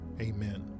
Amen